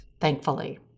thankfully